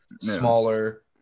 smaller